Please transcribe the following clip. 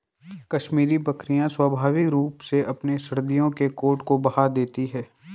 कश्मीरी बकरियां स्वाभाविक रूप से अपने सर्दियों के कोट को बहा देती है